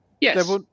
Yes